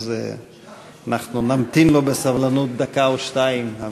אז אנחנו נמתין לו בסבלנות דקה או שתיים.